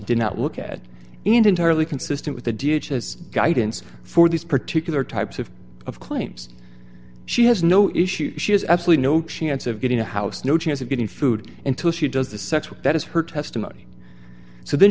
did not look at entirely consistent with the d h as guidance for these particular types of of claims she has no issues she has absolutely no chance of getting a house no chance of getting food until she does the sex with that is her testimony so then